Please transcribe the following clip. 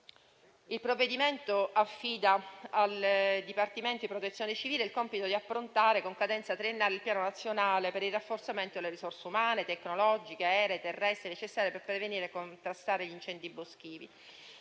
Il provvedimento affida al Dipartimento di protezione civile il compito di affrontare, con cadenza triennale, il Piano nazionale per il rafforzamento delle risorse umane, tecnologiche, aeree e terrestri necessarie per prevenire e contrastare gli incendi boschivi;